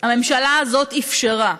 הממשלה הזאת אפשרה.